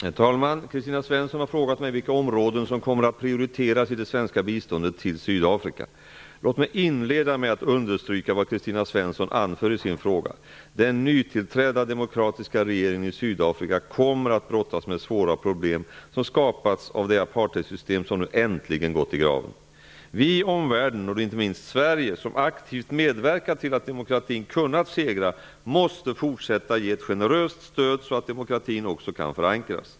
Herr talman! Kristina Svensson har frågat mig vilka områden som kommer att prioriteras i det svenska biståndet till Sydafrika. Låt mig inleda med att understryka vad Kristina Svensson anför i sin fråga. Den nytillträdda demokratiska regeringen i Sydafrika kommer att brottas med svåra problem som skapats av det apartheidsystem som nu äntligen gått i graven. Vi i omvärlden, och då inte minst Sverige, som aktivt medverkat till att demokratin kunnat segra måste fortsätta ge ett generöst stöd så att demokratin också kan förankras.